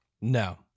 No